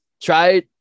Try